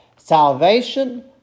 Salvation